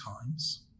times